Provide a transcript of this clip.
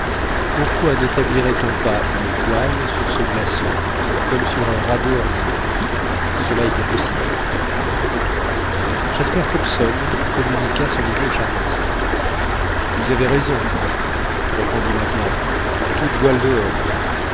pourquoi nétablirait on pas une voile sur ce glaçon comme sur un radeau ordinaire cela était possible en effet jasper hobson communiqua son idée au charpentier vous avez raison répondit mac nap toutes voiles dehors